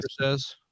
says